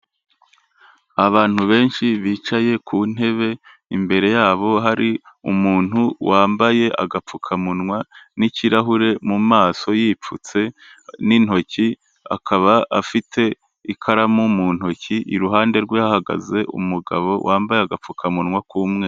Abantu benshi bicaye ku ntebe, imbere yabo hari umuntu wambaye agapfukamunwa n'ikirahure mu maso yipfutse n'intoki, akaba afite ikaramu mu ntoki, iruhande rwe hahagaze umugabo wambaye agapfukamunwa k'umweru.